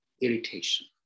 irritation